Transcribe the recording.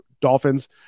Dolphins